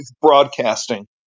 broadcasting